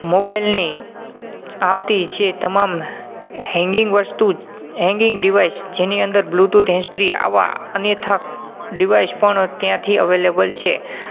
મોબાઇલની આવતી જે તમામ હૅંગિંગ વસ્તુ હૅંગિંગ ડીવાઇસ જેની અંદર બ્લુટૂથ હૅંડ્સ ફ્રી આવાં અન્યથા ડીવાઇસ પણ ત્યાંથી અવેલેબલ છે